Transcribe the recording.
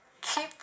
keep